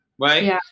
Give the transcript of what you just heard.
Right